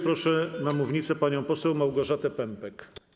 Proszę na mównicę panią poseł Małgorzatę Pępek.